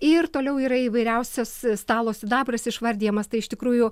ir toliau yra įvairiausias stalo sidabras išvardijamas tai iš tikrųjų